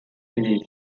released